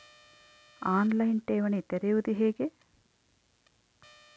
On line ಠೇವಣಿ ತೆರೆಯುವುದು ಹೇಗೆ?